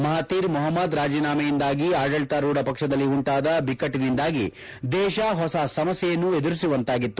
Mahathir Mohamad ರಾಜೀನಾಮೆಯಿಂದಾಗಿ ಆಡಳಿತಾರೂಥ ಪಕ್ಷದಲ್ಲಿ ಉಂಟಾದ ಬಿಕ್ಕಟ್ಟಿನಿಂದಾಗಿ ದೇಶ ಹೊಸ ಸಮಸ್ಯೆಯನ್ನು ಎದುರಿಸುವಂತಾಗಿತ್ತು